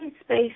space